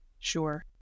Sure